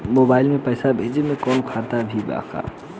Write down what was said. Mobile से पैसा भेजे मे कौनों खतरा भी बा का?